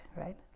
right